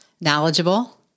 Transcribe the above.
knowledgeable